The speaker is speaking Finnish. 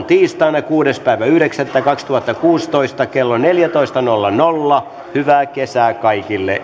tiistaina kuudes yhdeksättä kaksituhattakuusitoista kello neljätoista nolla nolla hyvää kesää kaikille